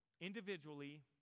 individually